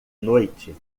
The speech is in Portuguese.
noite